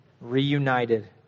reunited